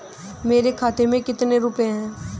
मेरे खाते में कितने रुपये हैं?